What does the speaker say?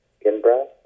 in-breath